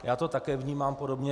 Já to také vnímám podobně.